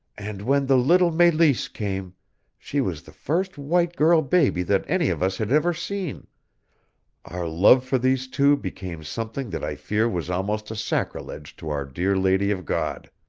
and when the little meleese came she was the first white girl baby that any of us had ever seen our love for these two became something that i fear was almost a sacrilege to our dear lady of god.